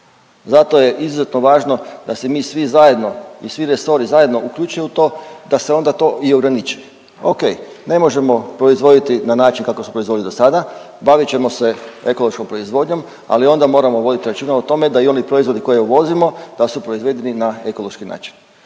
Zato je izuzetno važno da se mi svi zajedno i svi resori zajedno uključe u to da se onda to i ograniči. Ok, ne možemo proizvoditi na način kako smo proizvodili dosada, bavit ćemo se ekološkom proizvodnjom, ali onda moramo voditi računa o tome da i oni proizvodi koje uvozimo da su proizvedeni na ekološki način.